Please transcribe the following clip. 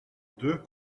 deux